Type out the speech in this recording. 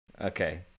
Okay